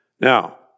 Now